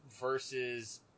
versus